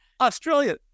Australian